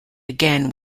again